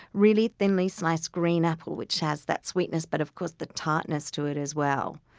really thinly sliced green apple, which has that sweetness but of course the tartness to it as well.